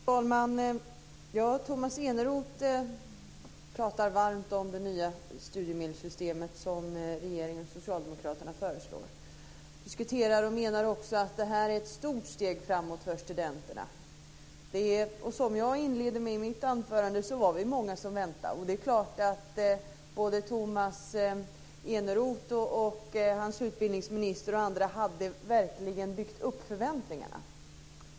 Fru talman! Tomas Eneroth talar varmt om det nya studiemedelssystemet som regeringen och socialdemokraterna föreslår. Han menar också att det är ett stort steg framåt för studenterna. Jag sade inledningsvis i mitt anförande att vi var många som väntade. Det är klart att Tomas Eneroth, utbildningsministern och andra verkligen hade byggt upp förväntningarna.